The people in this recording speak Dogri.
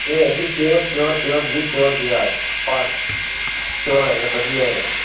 प्योर जी प्योर प्योर प्योर जी प्योर होये गा बधिया होये गा